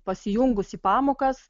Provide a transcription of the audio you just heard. pasijungus į pamokas